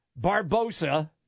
Barbosa